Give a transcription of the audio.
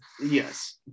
Yes